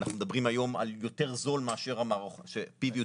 אנחנו מדברים היום על PV יותר זול מאשר מערכות אחרות.